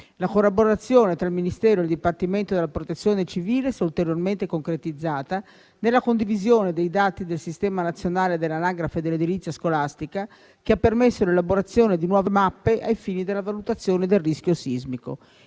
La collaborazione tra il Ministero e il dipartimento della Protezione civile si è ulteriormente concretizzata nella condivisione dei dati del Sistema nazionale dell'anagrafe dell'edilizia scolastica, che ha permesso l'elaborazione di nuove mappe ai fini della valutazione del rischio sismico.